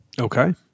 Okay